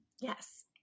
Yes